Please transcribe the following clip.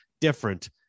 different